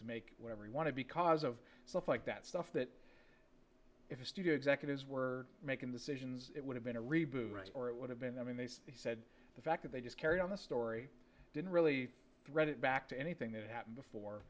to make whatever you want to because of stuff like that stuff that if the studio executives were making decisions it would have been a reboot or it would have been i mean they said the fact that they just carried on the story didn't really read it back to anything that happened before